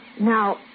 Now